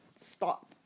stop